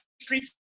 streets